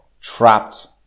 trapped